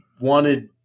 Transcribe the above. wanted